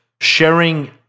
sharing